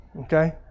Okay